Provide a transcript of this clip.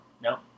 No